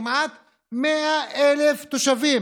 כמעט 100,000 תושבים